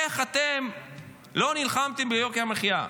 איך אתם לא נלחמתם ביוקר המחיה?